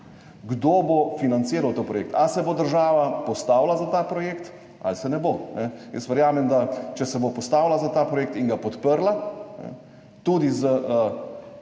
kdo bo financiral ta projekt, ali se bo država postavila za ta projekt ali se ne bo. Verjamem, da če se bo postavila za ta projekt in ga podprla, tudi s